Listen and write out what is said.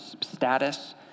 status